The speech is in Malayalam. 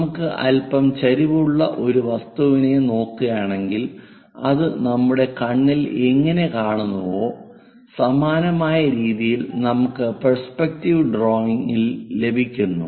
നമുക്ക് അല്പം ചരിവ് ഉള്ള ഒരു വസ്തുവിനെ നോക്കുകയാണെങ്കിൽ അത് നമ്മുടെ കണ്ണിൽ എങ്ങനെ കാണുന്നുവോ സമാനമായ രീതിയിൽ നമുക്ക് പെർസ്പെക്റ്റീവ് ഡ്രോയിങ്ങിൽ ലഭിക്കുന്നു